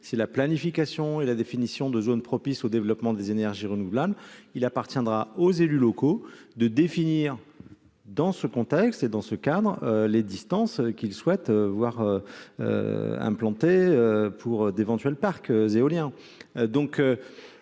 voté la planification et la définition de zones propices au développement des énergies renouvelables. Il appartiendra aux élus locaux de définir, dans ce contexte et dans ce cadre, les distances qu'ils souhaitent voir respectées pour l'implantation d'éventuels parcs éoliens.